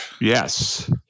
Yes